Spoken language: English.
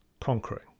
Conquering